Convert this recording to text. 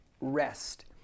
rest